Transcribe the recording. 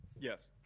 Yes